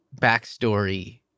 backstory